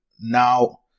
Now